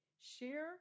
share